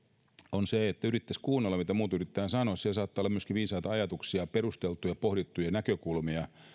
on viisasta se että yrittäisi kuunnella mitä muut yrittävät sanoa siellä saattaa olla myöskin viisaita ajatuksia perusteltuja pohdittuja näkökulmia